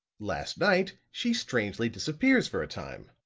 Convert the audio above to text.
last night she strangely disappears for a time.